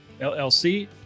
LLC